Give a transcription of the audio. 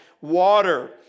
water